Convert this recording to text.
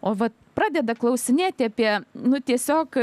o va pradeda klausinėti apie nu tiesiog